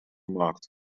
gemaakt